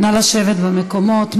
נא לשבת במקומות.